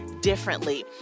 differently